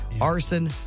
arson